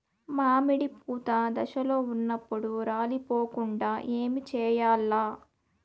మామిడి పూత దశలో ఉన్నప్పుడు రాలిపోకుండ ఏమిచేయాల్ల?